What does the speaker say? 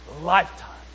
Lifetime